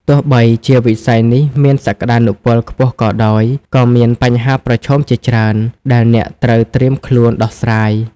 ទោះបីជាវិស័យនេះមានសក្តានុពលខ្ពស់ក៏ដោយ ក៏មាន បញ្ហាប្រឈមជាច្រើន ដែលអ្នកត្រូវត្រៀមខ្លួនដោះស្រាយ។